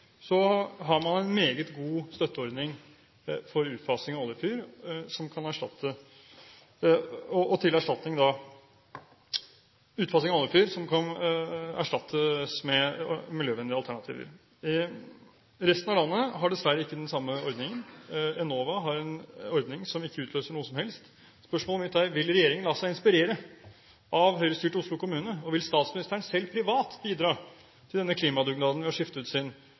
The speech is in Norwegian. kan erstattes med miljøvennlige alternativer. Resten av landet har dessverre ikke den samme ordningen. Enova har en ordning som ikke utløser noe som helst. Spørsmålet mitt er: Vil regjeringen la seg inspirere av Høyre-styrte Oslo kommune? Vil statsministeren selv privat bidra til denne klimadugnaden ved å skifte ut sin